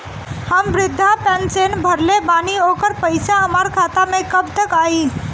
हम विर्धा पैंसैन भरले बानी ओकर पईसा हमार खाता मे कब तक आई?